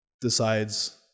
decides